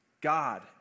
God